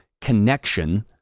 connection